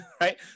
right